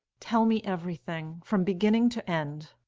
tell me everything, from beginning to end.